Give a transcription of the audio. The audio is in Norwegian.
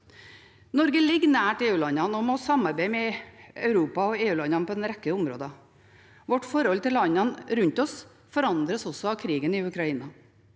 Norge ligger nært EU-landene og må samarbeide med Europa og EU-landene på en rekke områder. Vårt forhold til landene rundt oss forandres også av krigen i Ukraina.